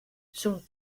sûnt